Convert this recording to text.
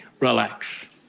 Relax